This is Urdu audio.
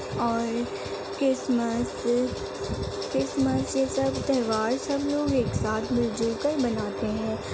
اور کرسمس کرسمس یہ سب تہوار سب لوگ ایک ساتھ مل جل کر مناتے ہیں